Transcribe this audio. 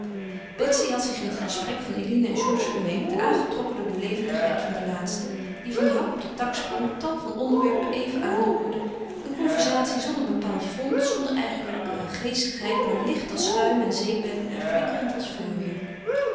betsy had zich in het gesprek van eline en georges gemengd aangetrokken door de levendigheid van den laatste die van den hak op den tak sprong tal van onderwerpen even aanroerde een conversatie zonder bepaald fond zonder eigenlijke geestigheid maar licht als schuim en zeepbellen en flikkerend als vuurwerk